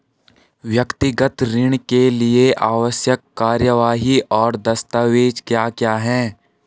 व्यक्तिगत ऋण के लिए आवश्यक कार्यवाही और दस्तावेज़ क्या क्या हैं?